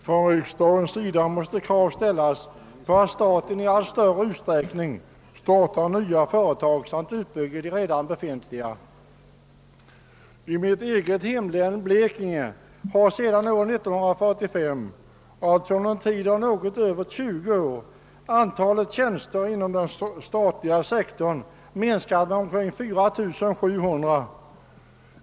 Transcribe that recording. Från riksdagens sida måste krav ställas på att staten i allt större utsträckning startar nya företag samt bygger ut de redan befintliga. I mitt eget hemlän, Blekinge, har sedan år 1945 — alltså under en tid av något över 20 år — antalet tjänster inom den statliga sektorn minskat med 4 700.